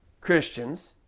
Christians